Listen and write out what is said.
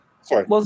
Sorry